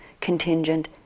contingent